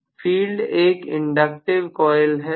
field एक inductive coil है